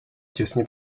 těsně